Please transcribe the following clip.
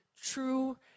true